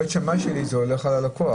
בית שמאי שלי הולך ללקוח.